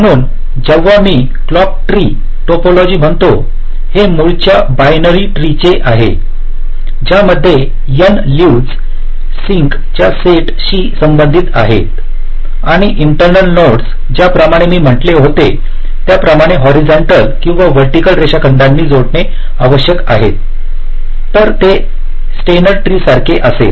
म्हणून जेव्हा मी क्लॉक ट्री टोपोलॉजी म्हणतो हे मुळांच्या बायनरी ट्री चे आहे ज्यामध्ये n लव्हस सिंक च्या सेट शी संबंधित आहेतआणि इंटर्नल नोड्स ज्याप्रमाणे मी म्हटले होते त्याप्रमाणे हॉरिझंटल आणि व्हर्टिकल रेषाखंडांनी जोडणे आवश्यक आहे तर ते स्टेनर ट्री सारखे असेल